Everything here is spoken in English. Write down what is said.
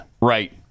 Right